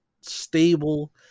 stable